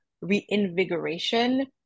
reinvigoration